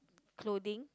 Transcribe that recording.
clothing